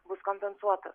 bus kompensuota